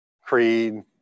creed